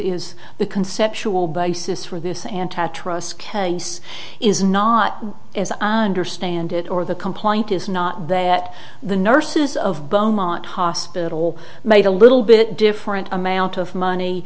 is the conceptual basis for this antitrust case is not as i understand it or the complaint is not that the nurses of beaumont hospital made a little bit different amount of money